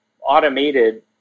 automated